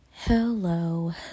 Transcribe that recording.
Hello